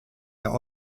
der